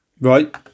right